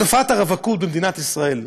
תופעת הרווקות במדינת ישראל,